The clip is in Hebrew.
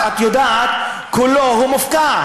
הווקף, את יודעת, כולו מופקע.